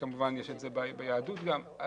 וכמובן יש את זה ביהדות גם.